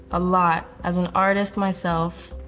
a lot. as an artist myself,